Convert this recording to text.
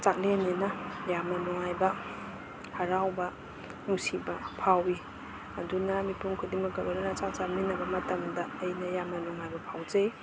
ꯆꯥꯛꯂꯦꯟꯅꯤꯅ ꯌꯥꯝꯅ ꯅꯨꯡꯉꯥꯏꯕ ꯍꯔꯥꯎꯕ ꯅꯨꯡꯁꯤꯕ ꯐꯥꯎꯋꯤ ꯑꯗꯨꯅ ꯃꯤꯄꯨꯝ ꯈꯨꯗꯤꯡꯃꯛꯀ ꯂꯣꯏꯅꯅ ꯆꯥꯛ ꯆꯥꯃꯤꯟꯅꯕ ꯃꯇꯝꯗ ꯑꯩꯅ ꯌꯥꯝꯅ ꯅꯨꯡꯉꯥꯏꯕ ꯐꯥꯎꯖꯩ